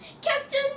Captain